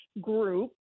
group